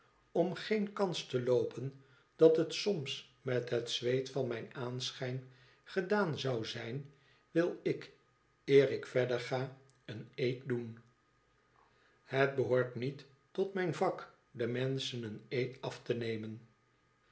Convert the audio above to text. om geen kans te loopen dat het soms met het zweet van mijn aanschijn gedaan zou zijn wil ik eer ik verder ga een eed doen ihet behoort niet tot mijn vak de menschen een eed af te nemen